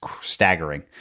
staggering